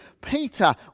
Peter